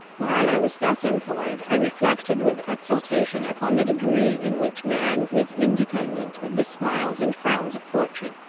while i was thus employed, i reflected with exultation upon the degree in which man is independent of the smiles and frowns of fortune.